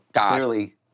clearly